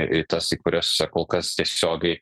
į tas į kurias kol kas tiesiogiai